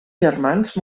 germans